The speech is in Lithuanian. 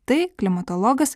tai klimatologas